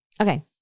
Okay